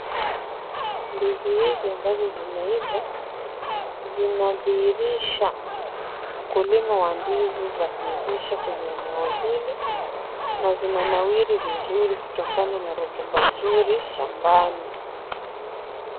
Ndizi hizi ambazo zimeiva zinadhihirisha ukulima wa ndizi za kuivisha kwenye eneo hili na zinanawiri vizuri kutokana na rotuba nzuri shambani.